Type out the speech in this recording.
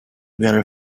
very